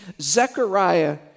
Zechariah